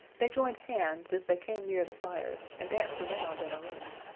they joined hands as they came near the fires and danced around in a ring.